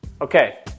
Okay